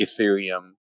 ethereum